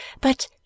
But